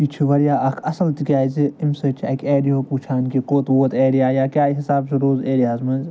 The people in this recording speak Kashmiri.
یہِ چھُ واریاہ اَکھ اَصٕل تِکیٛازِ اَمہِ سۭتۍ چھِ اَکہِ ایریُہُک وٕچھان کہِ کوٚت ووت ایرِیا یا کیٛاہ حِساب چھِ روٗز ایرِیاہَس منٛز